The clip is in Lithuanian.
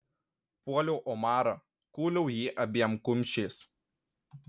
puoliau omarą kūliau jį abiem kumščiais